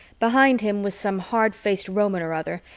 behind him was some hard-faced roman or other,